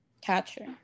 catcher